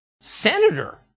senator